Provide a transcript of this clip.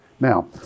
Now